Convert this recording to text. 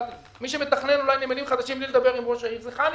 מי שמתכנן בלי לדבר עם ראש העיר זה חנ"י,